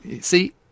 See